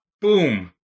boom